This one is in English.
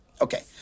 Okay